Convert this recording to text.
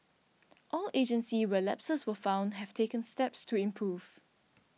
all agencies where lapses were found have taken steps to improve